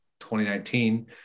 2019